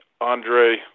Andre